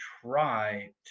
try